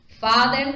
Father